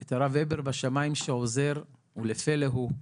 את הרב הבר בשמיים שעוזר, ולפלא הוא.